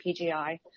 PGI